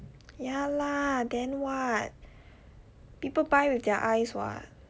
ya lah then what people buy with their eyes [what]